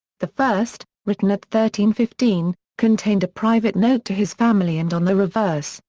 the first, written at thirteen fifteen, contained a private note to his family and on the reverse,